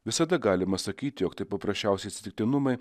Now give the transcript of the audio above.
visada galima sakyti jog tai paprasčiausi atsitiktinumai